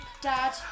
Dad